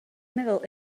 meddwl